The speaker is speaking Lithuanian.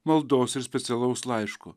maldos ir specialaus laiško